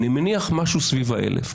אני מניח משהו סביב ה-1,000,